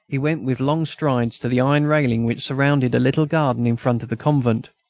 he went with long strides to the iron railing which surrounded a little garden in front of the convent.